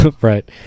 right